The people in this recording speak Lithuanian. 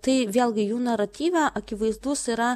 tai vėlgi jų naratyvą akivaizdus yra